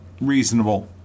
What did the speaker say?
reasonable